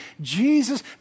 Jesus